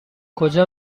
کجا